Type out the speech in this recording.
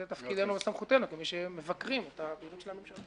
זה תפקידנו וסמכותנו כמי שמבקרים את פעילות המשטרה.